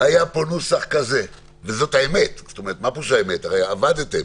היה פה נוסח כזה, וזו האמת, הרי עבדתם,